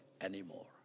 anymore